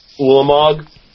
Ulamog